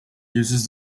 uses